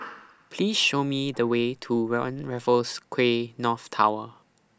Please Show Me The Way to one Raffles Quay North Tower